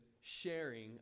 sharing